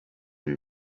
and